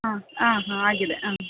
ಹಾಂ ಹಾಂ ಆಗಿದೆ ಹಾಂ